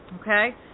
okay